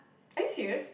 are you serious